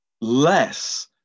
less